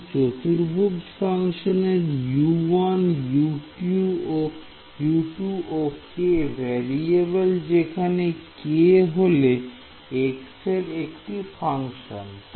এই চতুর্ভুজ ফাংশানের U1U2 ও k ভেরিয়েবল যেখানে k হল x এর একটি ফাংশন